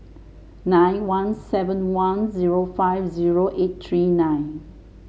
nine one seven one zero five zero eight three nine